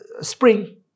spring